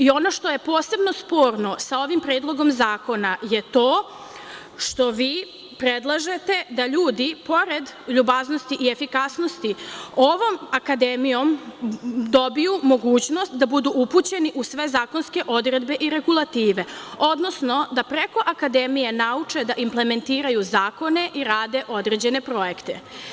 Ono što je posebno sporno sa ovim Predlogom zakona je to što vi predlažete da ljudi pored ljubaznosti i efikasnosti ovom Akademijom dobiju mogućnost da budu upućeni u sve zakonske odredbe i regulative, odnosno da preko Akademije nauče da inplementiraju zakone i rade određene projekte.